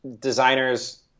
designers